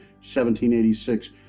1786